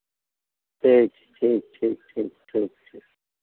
teak ठीक ठीक ठीक ठीक ठीक